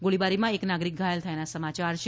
ગોળીબારીમાં એક નાગરિક ઘાયલ થયાનાં સમાચાર છે